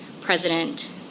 President